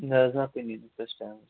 نہ حظ نہ کُنے نہٕ فٔسٹہٕ ٹایِم